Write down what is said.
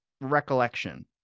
recollection